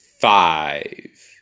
five